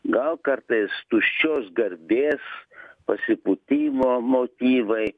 gal kartais tuščios garbės pasipūtimo motyvai